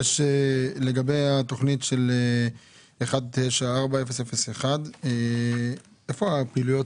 לגבי התוכנית של 19-40-01 איפה הפעילויות